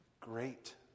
Great